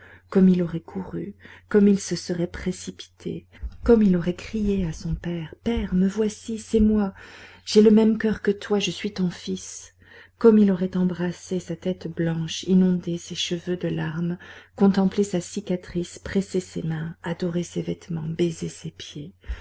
comme il aurait couru comme il se serait précipité comme il aurait crié à son père père me voici c'est moi j'ai le même coeur que toi je suis ton fils comme il aurait embrassé sa tête blanche inondé ses cheveux de larmes contemplé sa cicatrice pressé ses mains adoré ses vêtements baisé ses pieds